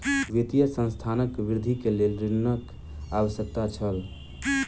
वित्तीय संस्थानक वृद्धि के लेल ऋणक आवश्यकता छल